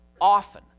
often